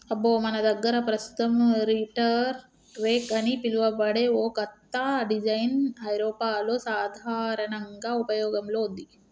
అబ్బో మన దగ్గర పస్తుతం రీటర్ రెక్ అని పిలువబడే ఓ కత్త డిజైన్ ఐరోపాలో సాధారనంగా ఉపయోగంలో ఉంది